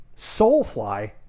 Soulfly